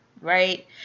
right